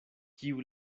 kiu